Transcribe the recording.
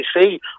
see